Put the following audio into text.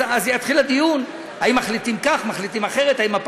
אז יתחיל דיון, האם מחליטים כך?